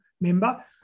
member